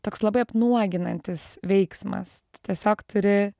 toks labai apnuoginantis veiksmas tu tiesiog turi